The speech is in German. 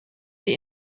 die